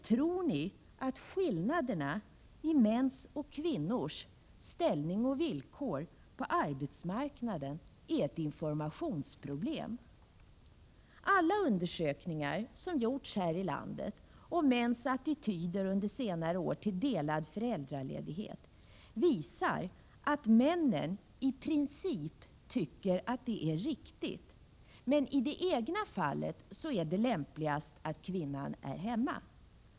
Tror ni att skillnaderna i mäns och kvinnors ställning och villkor på arbetsmarknaden är ett informationsproblem? Alla undersökningar som gjorts här i landet under senare tid om mäns attityder till delad föräldraledighet visar att männen i princip tycker att det är riktigt men att det i det egna fallet är lämpligast att kvinnan är hemma.